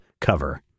cover